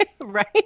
right